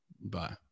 Bye